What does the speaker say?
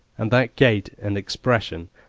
and that gait and expression,